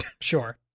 Sure